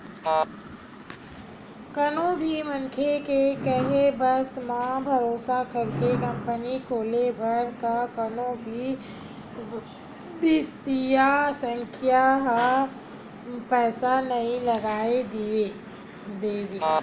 कोनो भी मनखे के केहे बस म, भरोसा करके कंपनी खोले बर का कोनो भी बित्तीय संस्था ह पइसा नइ लगा देवय